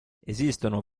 esistono